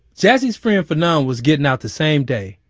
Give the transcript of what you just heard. jassy's friend fanon was getting out the same day.